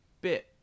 bit